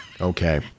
Okay